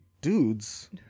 dudes